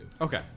Okay